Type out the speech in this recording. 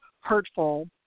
hurtful